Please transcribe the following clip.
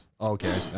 Okay